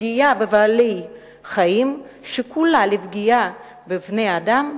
פגיעה בבעלי-חיים שקולה לפגיעה בבני-אדם,